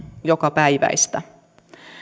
jokapäiväistä